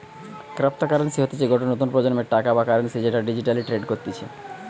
cryptocurrency হতিছে গটে নতুন প্রজন্মের টাকা বা কারেন্সি যেটা ডিজিটালি ট্রেড করতিছে